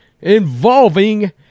involving